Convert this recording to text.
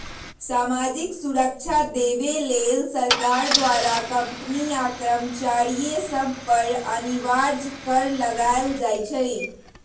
सामाजिक सुरक्षा देबऐ लेल सरकार द्वारा कंपनी आ कर्मचारिय सभ पर अनिवार्ज कर लगायल जाइ छइ